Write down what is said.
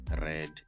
Red